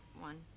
one